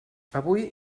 avui